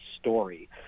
story